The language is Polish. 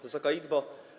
Wysoka Izbo!